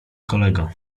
kolego